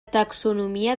taxonomia